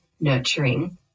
nurturing